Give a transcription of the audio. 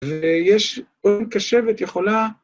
ויש קשבת יכולה...